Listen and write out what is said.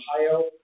Ohio